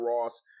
ross